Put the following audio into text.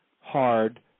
hard